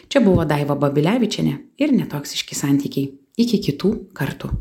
čia buvo daiva babilevičienė ir netoksiški santykiai iki kitų kartų